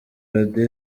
radio